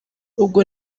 ubwo